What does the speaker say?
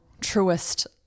truest